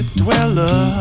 dweller